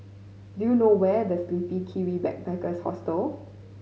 do you know where is The Sleepy Kiwi Backpackers Hostel